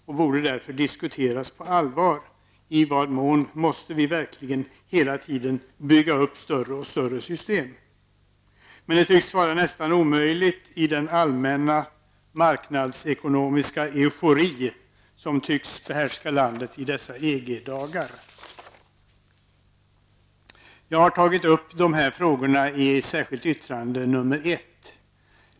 Därför borde det diskuteras på allvar om vi verkligen på hela tiden måste bygga upp större och större system. Att få till stånd en sådan diskussion tycks dock vara nästan omöjlig i den allmänna marknadsekonomiska eufori som tycks behärska landet i dessa EG dagar. Jag har tagit upp de frågorna i ett särskilt yttrande, nr 1.